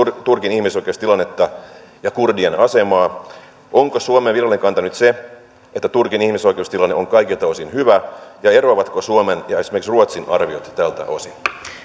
turkin ihmisoikeustilannetta ja kurdien asemaa onko suomen virallinen kanta nyt se että turkin ihmisoikeustilanne on kaikilta osin hyvä ja eroavatko suomen ja esimerkiksi ruotsin arviot tältä osin